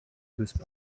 goose